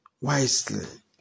Wisely